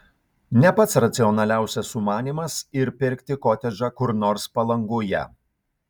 ne pats racionaliausias sumanymas ir pirkti kotedžą kur nors palangoje